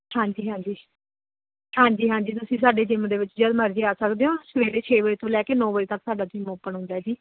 ਹਾਂਜੀ ਹਾਂਜੀ ਹਾਂਜੀ ਹਾਂਜੀ ਤੁਸੀਂ ਸਾਡੇ ਜਿਮ ਦੇ ਵਿੱਚ ਜਦ ਮਰਜ਼ੀ ਆ ਸਕਦੇ ਹੋ ਸਵੇਰੇ ਛੇ ਵਜੇ ਤੋਂ ਲੈ ਕੇ ਨੌਂ ਵਜੇ ਤੱਕ ਸਾਡਾ ਜਿੰਮ ਓਪਨ ਹੁੰਦਾ ਜੀ